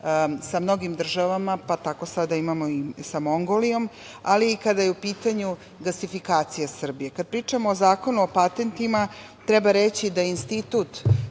sa mngoim državama, pa tako sada imamo i sa Mongolijom, ali i kada je u pitanju gasifikacija Srbije. Kad pričamo o zakonu o patentima, treba reći da je institut